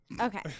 Okay